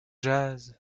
jase